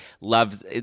Loves